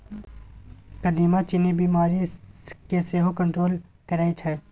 कदीमा चीन्नी बीमारी केँ सेहो कंट्रोल करय छै